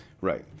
Right